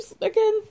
again